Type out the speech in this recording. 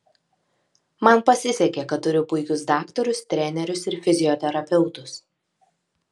man pasisekė kad turiu puikius daktarus trenerius ir fizioterapeutus